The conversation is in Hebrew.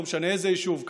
לא משנה איזה יישוב,